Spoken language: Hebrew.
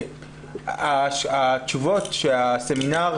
התשובות של הסמינר,